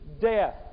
death